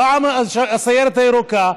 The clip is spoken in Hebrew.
פעם הסיירת הירוקה,